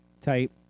type